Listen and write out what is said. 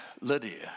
Lydia